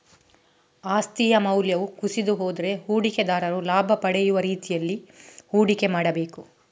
ಆಸ್ತಿಯ ಮೌಲ್ಯವು ಕುಸಿದು ಹೋದ್ರೆ ಹೂಡಿಕೆದಾರರು ಲಾಭ ಪಡೆಯುವ ರೀತಿನಲ್ಲಿ ಹೂಡಿಕೆ ಮಾಡ್ಬೇಕು